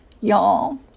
y'all